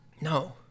No